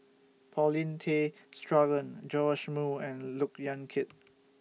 Paulin Tay Straughan Joash Moo and Look Yan Kit